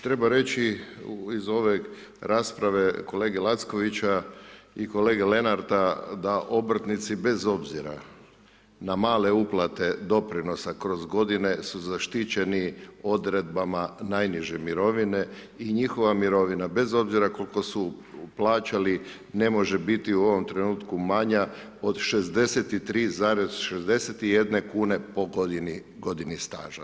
Treba reći iz ove rasprave kolege Lackovića i kolege Lenarta da obrtnici bez obzira na male uplate doprinosa kroz godine, su zaštićeni Odredbama najniže mirovine i njihova mirovina bez obzira koliko su plaćali, ne može biti u ovom trenutku manja od 63,61 kune po godini staža.